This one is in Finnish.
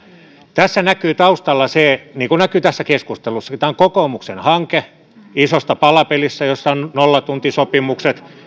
tässä näkyy taustalla se niin kuin näkyy tässä keskustelussakin että tämä on kokoomuksen hanke isossa palapelissä jossa on nollatuntisopimukset